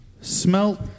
smelt